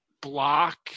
block